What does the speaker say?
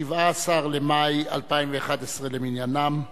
17 במאי 2011 למניינם.